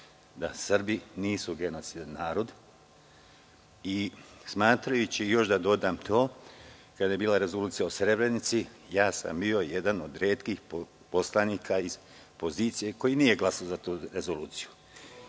da Srbi nisu genocidan narod i još da dodam to, kada je bila rezolucija o Srebrenici, ja sam bio jedan od retkih poslanika iz pozicije koji nije glasao za tu rezoluciju. Pravo